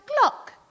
clock